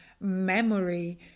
memory